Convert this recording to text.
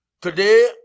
Today